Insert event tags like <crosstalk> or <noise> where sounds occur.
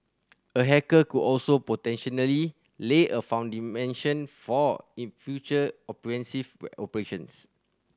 a hacker could also potentially lay a <unintelligible> for in future offensive <unintelligible> operations